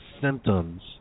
symptoms